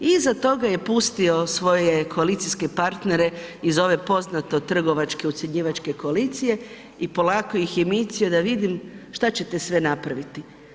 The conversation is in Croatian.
Iza toga je pustio svoje koalicijske partnere iz ove poznate trgovačko ucjenjivačke koalicije i polako ih je micio da vidim šta ćete sve napraviti.